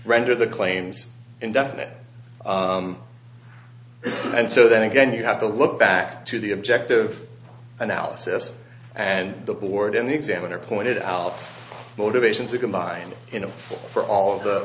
render the claims indefinite and so then again you have to look back to the objective analysis and the board and the examiner pointed out motivations are combined you know for all of the